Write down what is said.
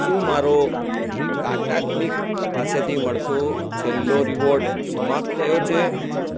શું મારો ટાટા ક્લિક પાસેથી મળતો છેલ્લો રીવોર્ડ સમાપ્ત થયો છે